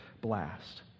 blast